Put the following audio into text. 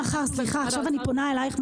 עכשיו אני פונה אליך,